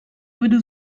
würde